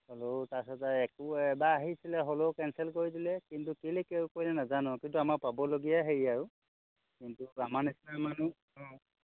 হ'লেও তাৰপিছত একো এবাৰ আহিছিলে হ'লেও কেনচেল কৰি দিলে কিন্তু কেলে কিয় কৰিলে নাজানো কিন্তু আমাৰ পাবলগীয়া হেৰি আৰু কিন্তু আমাৰ নিচিনা মানুহ